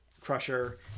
Crusher